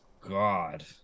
God